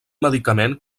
medicament